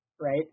right